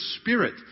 Spirit